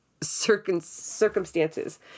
circumstances